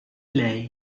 lei